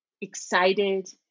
excited